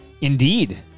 Indeed